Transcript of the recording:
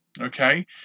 Okay